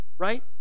right